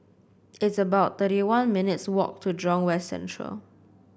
it's about thirty one minutes' walk to Jurong West Central